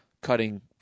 cutting